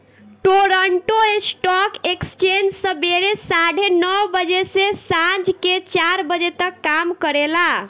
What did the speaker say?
Toronto stock exchange सबेरे साढ़े नौ बजे से सांझ के चार बजे तक काम करेला